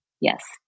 Yes